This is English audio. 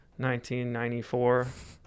1994